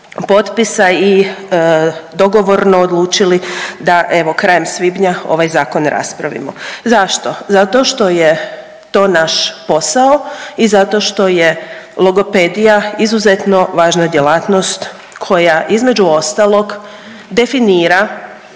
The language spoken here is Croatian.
i dogovorno odlučili da evo krajem svibnja ovaj zakon raspravimo. Zašto? Zato što je to naš posao i zato što je logopedija izuzetno važna djelatnost koja između ostalog definira